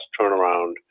turnaround